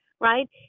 right